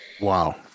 Wow